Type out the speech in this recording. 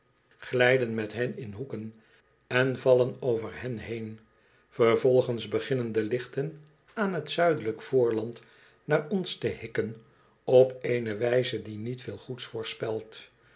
glijden met hen in hoeken en vallen over hen neer vervolgens beginnen de lichten aan t zuidelijke voorland naar ons te hikken op eene wijze die niet veel goeds voorspelt